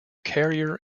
carrier